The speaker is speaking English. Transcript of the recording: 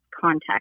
contact